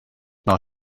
not